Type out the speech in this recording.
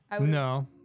No